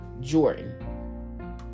jordan